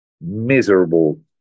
miserable